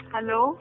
Hello